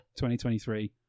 2023